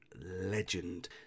legend